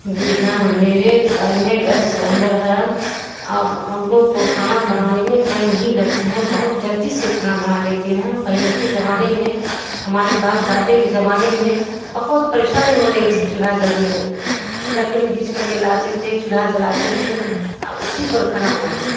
جی ہاں میرے گھر میں گیس سلنڈر ہے اب ہم لوگ کو کھانا بنانے میں ٹائم نہیں لگتی ہیں بہت جلدی سے کھانا بنا لیتے ہیں پہلے کے زمانے میں ہمارے باپ دادا کے زمانے میں بہت پریشانی ہو رہی تھی چولہا جلنے میں لکڑی بچھ کر کے لاتے تھے چولہا جلاتے تھے آ اسی پر کھانا بنا دیتے